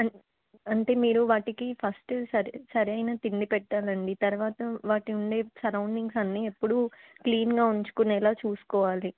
అంటే మీరు వాటికి ఫస్ట్ సరే సరైనా తిండి పెట్టాలండి తర్వాత వాటి ఉండే సరౌండింగ్స్ అన్నీ ఎప్పుడు క్లీన్గా ఉంచుకునేలాగ చూసుకోవాలి